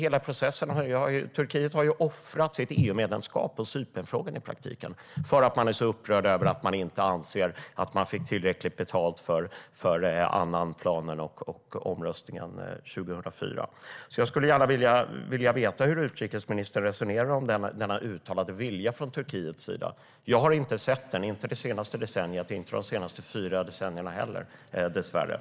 Turkiet har i praktiken offrat sitt EU-medlemskap på grund av Cypernfrågan för att man är så upprörd över att man inte anser sig ha fått tillräckligt betalt för Annanplanen och omröstningen 2004. Jag skulle gärna vilja veta hur utrikesministern resonerar om denna uttalade vilja från Turkiets sida. Jag har inte sett den - inte under det senaste decenniet och dessvärre inte heller under de senaste fyra decennierna.